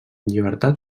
llibertat